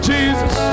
Jesus